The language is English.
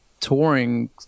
touring